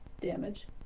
damage